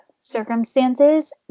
circumstances